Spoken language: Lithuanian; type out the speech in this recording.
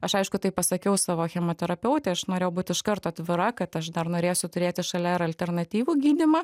aš aišku tai pasakiau savo chemoterapeutei aš norėjau būt iš karto atvira kad aš dar norėsiu turėti šalia ir alternatyvų gydymą